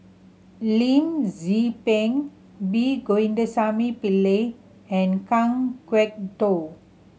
Lim Tze Peng P Govindasamy Pillai and Kan Kwok Toh